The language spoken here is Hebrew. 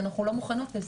שאנחנו לא מוכנות לזה,